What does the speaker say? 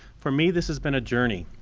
for me this has been a journey.